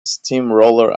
steamroller